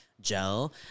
gel